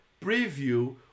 preview